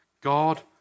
God